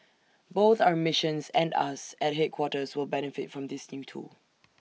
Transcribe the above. both our missions and us at headquarters will benefit from this new tool